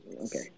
Okay